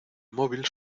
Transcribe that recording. móvil